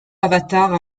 avatars